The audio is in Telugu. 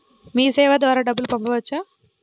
మీసేవ ద్వారా డబ్బు పంపవచ్చా?